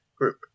group